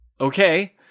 Okay